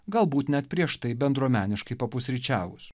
galbūt net prieš tai bendruomeniškai papusryčiavus